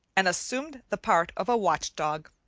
and assumed the part of a watch-dog.